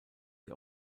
sie